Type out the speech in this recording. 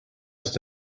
ist